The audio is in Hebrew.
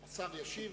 השר ישיב,